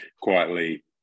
quietly